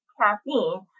caffeine